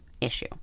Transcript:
issue